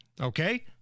Okay